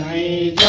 a